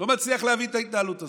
לא מצליח להבין את ההתנהלות הזאת.